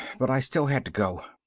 but i still had to go.